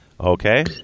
Okay